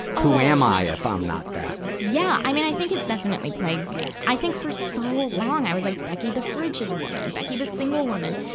who am i, if i'm not that? yeah. i mean, i think it's definitely plagues in me. i think for so long, i was like, becky the frigid woman. becky the single woman.